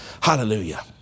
Hallelujah